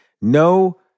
No